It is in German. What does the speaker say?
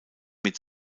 mit